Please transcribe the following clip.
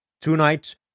Tonight